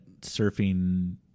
surfing